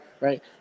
Right